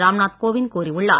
ராம் நாத் கோவிந்த் கூறியுள்ளார்